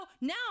now